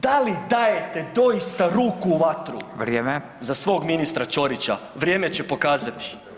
Da li dajete doista ruku u vatru za svog ministra Ćorića? [[Upadica Radin: Vrijeme.]] Vrijeme će pokazati.